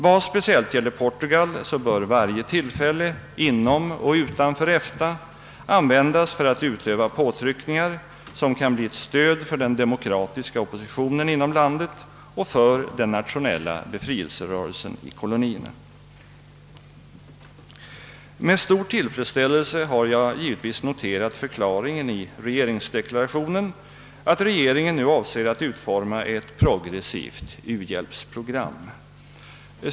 Vad speciellt beträffar Portugal så bör varje tillfälle — inom och utanför EFTA — användas för att utöva påtryckningar som kan bli ett stöd för den demokratiska oppositionen inom landet och för den nationella befrielserörelsen i kolonierna. Med stor tillfredsställelse har jag givetvis noterat förklaringen i regeringsdeklarationen, att regeringen nu avser att utforma ett progressivt u-hjälpsprogram.